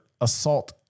assault